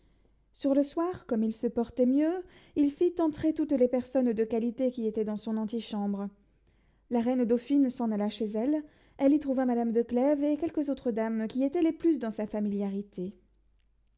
sur le soir comme il se portait mieux il fit entrer toutes les personnes de qualité qui étaient dans son antichambre la reine dauphine s'en alla chez elle elle y trouva madame de clèves et quelques autres dames qui étaient le plus dans sa familiarité